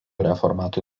reformatų